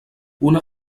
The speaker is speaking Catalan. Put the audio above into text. una